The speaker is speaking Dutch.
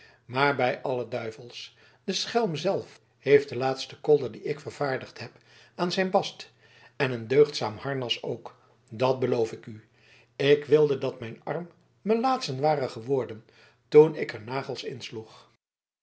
maar bij alle duivels de schelm zelf heeft den laatsten kolder dien ik vervaardigd heb aan zijn bast en een deugdzaam harnas ook dat beloof ik u ik wilde dat mijn arm melaatsen ware geworden toen ik er de nagels insloeg